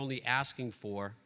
only asking for